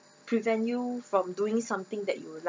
prevent you from doing something that you like